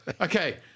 Okay